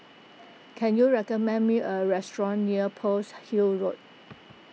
can you recommend me a restaurant near Pearl's Hill Road